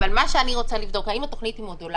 מה שאני רוצה לבדוק, האם התוכנית היא מודולרית?